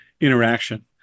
interaction